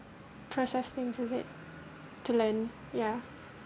processing is it to learn ya